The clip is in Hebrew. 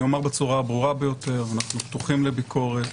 אני אומר בצורה הברורה ביותר: אנחנו פתוחים לביקורת.